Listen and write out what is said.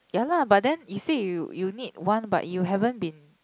ya lah but then you said you you need one but you haven't been